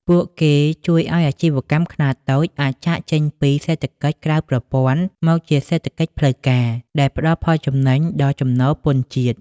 ពួកគេជួយឱ្យអាជីវកម្មខ្នាតតូចអាចចាកចេញពី "សេដ្ឋកិច្ចក្រៅប្រព័ន្ធ" មកជា "សេដ្ឋកិច្ចផ្លូវការ" ដែលផ្ដល់ផលចំណេញដល់ចំណូលពន្ធជាតិ។